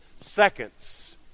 seconds